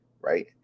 right